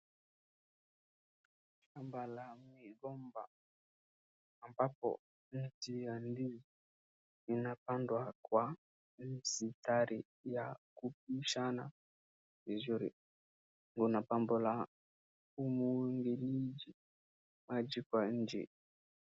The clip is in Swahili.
Shamba la migomba ambapo mti ya ndizi inapandwa kwa msitari ya kupishana vizuri. Kuna pambo la umwangiliji maji kwa nje.